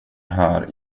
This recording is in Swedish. här